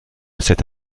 cette